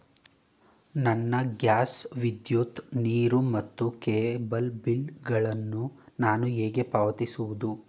ನನ್ನ ಗ್ಯಾಸ್, ವಿದ್ಯುತ್, ನೀರು ಮತ್ತು ಕೇಬಲ್ ಬಿಲ್ ಗಳನ್ನು ನಾನು ಹೇಗೆ ಪಾವತಿಸುವುದು?